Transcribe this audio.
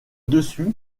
dessus